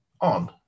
on